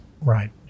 right